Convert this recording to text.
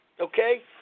Okay